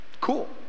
Cool